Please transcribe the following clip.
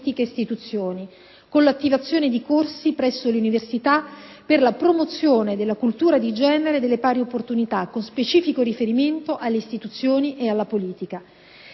Grazie